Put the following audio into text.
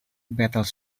battle